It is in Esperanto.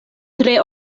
tre